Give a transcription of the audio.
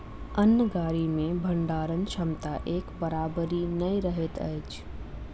अन्न गाड़ी मे भंडारण क्षमता एक बराबरि नै रहैत अछि